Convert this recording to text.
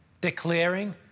declaring